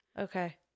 okay